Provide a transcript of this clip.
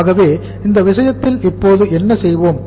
ஆகவே இந்த விஷயத்தில் இப்போது என்ன செய்வோம்